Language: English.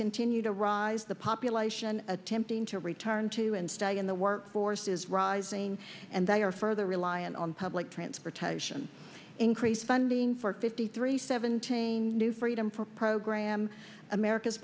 continue to rise the population attempting to return to and stay in the workforce is rising and they are further reliant on public transportation increased funding for fifty three seven chain new freedom for a program america's